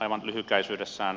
aivan lyhykäisyydessään